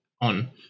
on